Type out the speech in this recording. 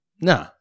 No